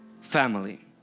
family